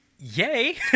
yay